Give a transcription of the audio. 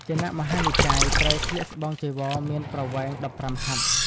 គណៈមហានិកាយ ត្រូវស្លៀកស្បង់ចីវរមានប្រវែង ១៥ ហត្ថ។